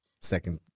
second